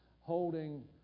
holding